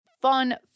fun